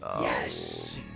Yes